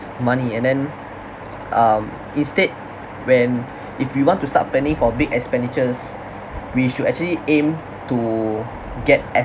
money and then um instead when if you want to start planning for big expenditures we should actually aim to get